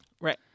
Right